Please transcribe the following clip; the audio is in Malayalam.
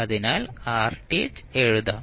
അതിനാൽ Rth എഴുതാം